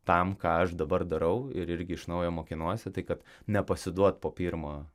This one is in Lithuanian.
tam ką aš dabar darau ir irgi iš naujo mokinuosi tai kad nepasiduot po pirmo